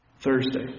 Thursday